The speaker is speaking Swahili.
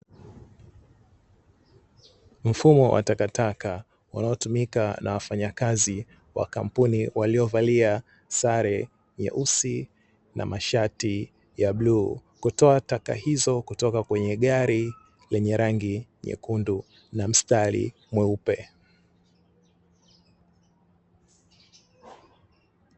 Mfumo wa takataka unaotumika na wafanyakazi wa kampuni waliovalia sare nyeusi na mashati ya bluu, kutoa taka hizo kutoka kwenye gari lenye rangi nyekundu na mstari mweupe.